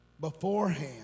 Beforehand